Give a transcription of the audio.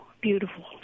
beautiful